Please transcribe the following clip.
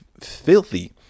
filthy